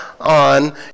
on